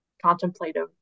contemplative